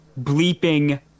bleeping